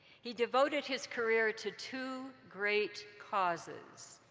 he devoted his career to two great causes,